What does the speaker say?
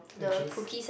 which is